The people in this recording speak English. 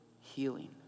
Healing